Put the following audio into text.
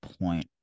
point